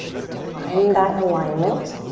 so find that alignment.